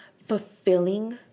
fulfilling